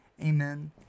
Amen